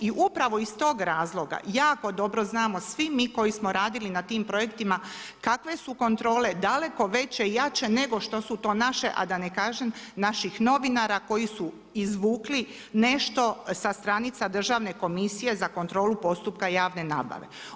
I upravo iz tog razloga jako dobro znamo svi mi koji smo radili na tim projektima kakve su kontrole, daleko veće i jače nego što su to naše, a da ne kažem naših novinara koji su izvukli nešto sa stranica Državne komisije za kontrolu postupka javne nabave.